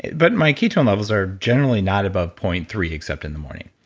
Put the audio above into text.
but my ketone levels are generally not above point three, except in the morning.